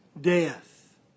death